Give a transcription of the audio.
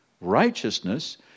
Righteousness